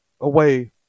away